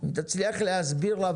צריך לשפר את זה.